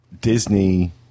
Disney